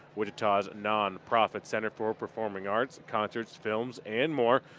wichita's nonprofit center for performing arts, concerts, films and more.